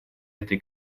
этой